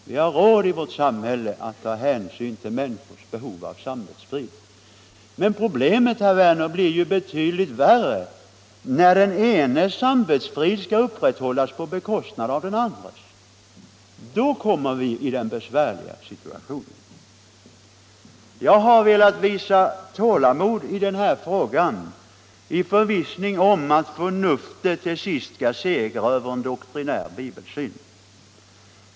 Vi har råd i vårt samhälle att ta hänsyn till människors behov av samvetsfrid. Men problemet, herr Werner i Malmö, blir betydligt svårare när den enes samvetsfrid skall upprätthållas på bekostnad av den andres. Då kommer vi i en besvärlig situation. Jag har velat visa tålamod i denna fråga i förvissning om att förnuftet till sist skall segra över en doktrinär bibelsyn.